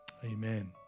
Amen